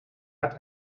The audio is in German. hat